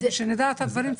שנדע את הדברים,